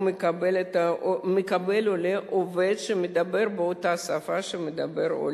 הוא מקבל עובד שמדבר באותה שפה שהוא מדבר.